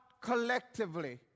collectively